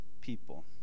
people